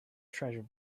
treasure